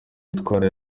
yitwara